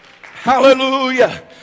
Hallelujah